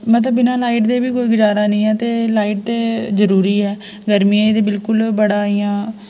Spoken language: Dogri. मतलब बिना लाइट दे बी कोई गजारा नेईं ऐ ते लाइट ते जरूरी ऐ ते गर्मियें ते बिल्कुल बड़ा इ'यां